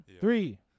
Three